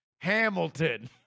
Hamilton